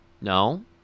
No